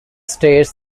states